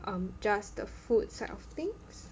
um just the food side of things